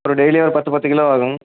ஒரு டெய்லியும் ஒரு பத்து பத்து கிலோ ஆகுங்க